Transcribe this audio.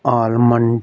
almond